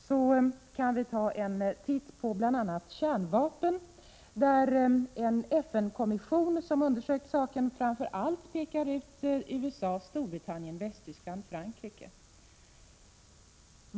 Vi kan först ta en titt på kärnvapen, där en FN-kommission som undersökt saken framför allt pekar ut USA, Storbritannien, Västtyskland och Frankrike.